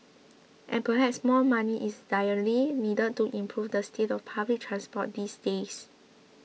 and perhaps more money is direly needed to improve the state of public transport these days